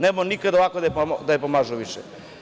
Nemojte nikad ovako da je pomažu više.